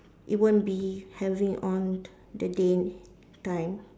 it won't be having on the day time